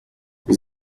vous